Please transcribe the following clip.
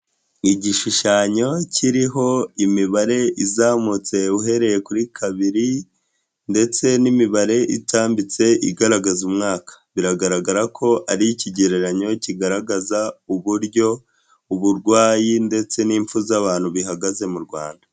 Igishushanyo kiriho imibare izamutse uhereye kuri kabiri ndetse n'imibare itambitse igaragaza umwaka, biragaragara ko ari ikigereranyo kigaragaza uburyo uburwayi ndetse n'impfu z'abantu bihagaze mu Rwanda.